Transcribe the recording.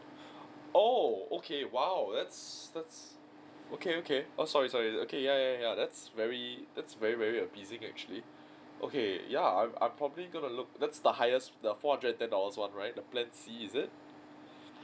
oh okay !wow! that's that's okay okay oh sorry sorry okay ya ya ya that's very that's very very amazing actually okay ya I'm I'm probably gonna look that's the highest the four hundred ten dollars one right the plan C is it